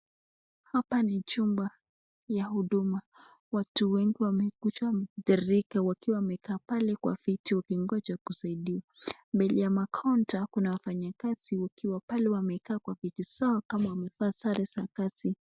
Hapa ni chumba ya huduma. Watu wengi wamekuja wametiririka wakiwa wamekaa pale kwa viti wakingoja kusaidiwa. Mbele ya ma kaunta, kuna wafanyekazi wakiwa pale wamekaa kwa viti zao kama wamevaa sare za kazi.